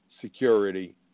security